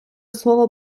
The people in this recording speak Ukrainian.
слово